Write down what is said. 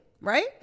right